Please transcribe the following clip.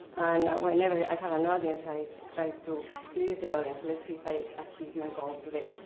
and whenever i have an audience i try to please the audience. let's see if i achieve my goal today.